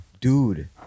Dude